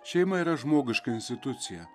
šeima yra žmogiška institucija